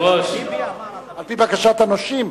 על-פי בקשת הנושים.